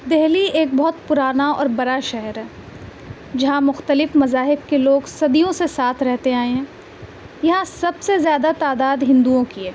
دہلی ایک بہت پرانا اور بڑا شہر ہے جہاں مختلف مذاہب کے لوگ صدیوں سے ساتھ رہتے آئے ہیں یہاں سب سے زیادہ تعداد ہندوؤں کی ہے